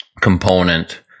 component